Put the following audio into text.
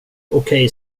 okej